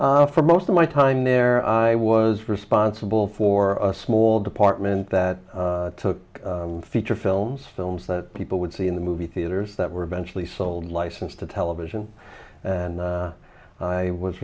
for most of my time there i was responsible for a small department that took feature films films that people would see in the movie theaters that were eventually sold licensed to television and i was